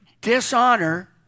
Dishonor